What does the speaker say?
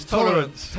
Tolerance